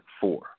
four